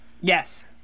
Yes